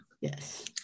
Yes